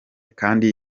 kandi